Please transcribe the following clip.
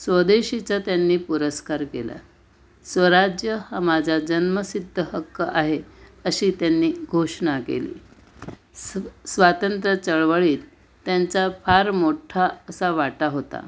स्वदेशीचा त्यांनी पुरस्कार केला स्वराज्य हा माझा जन्मसिद्ध हक्क आहे अशी त्यांनी घोषणा केली स्व स्वातंत्र्य चळवळीत त्यांचा फार मोठा असा वाटा होता